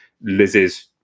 Liz's